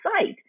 site